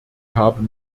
haben